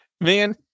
Man